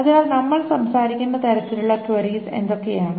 അതിനാൽ നമ്മൾ സംസാരിക്കുന്ന തരത്തിലുള്ള കൊയ്റീസ് എന്തൊക്കെയാണ്